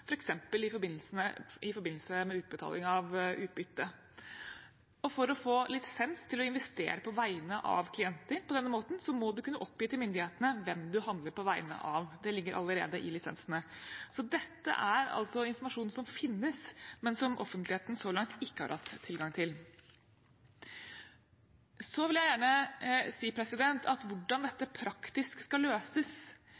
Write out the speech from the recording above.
i forbindelse med utbetaling av utbytte. For å få lisens til å investere på vegne av klienter på denne måten må en kunne oppgi til myndighetene hvem en handler på vegne av. Det ligger allerede i lisensene. Dette er altså informasjon som finnes, men som offentligheten så langt ikke har hatt tilgang til. Så vil jeg gjerne si at hvordan dette praktisk skal løses,